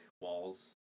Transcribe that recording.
walls